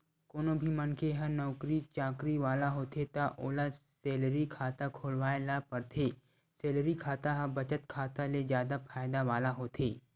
कोनो भी मनखे ह नउकरी चाकरी वाला होथे त ओला सेलरी खाता खोलवाए ल परथे, सेलरी खाता ह बचत खाता ले जादा फायदा वाला होथे